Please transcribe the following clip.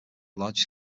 largest